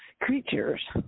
creatures